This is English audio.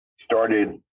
started